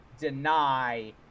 deny